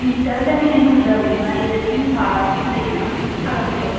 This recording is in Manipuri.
ꯋꯤꯟꯇꯔꯗꯅ ꯍꯦꯟꯅ ꯐꯖꯕꯅꯤ ꯃꯥꯒꯤ ꯂꯩꯆꯤꯜ ꯊꯥꯔꯒ ꯁꯤ ꯂꯩ ꯃꯌꯥꯝ ꯊꯥꯒꯠꯄꯗꯣ